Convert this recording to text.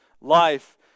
life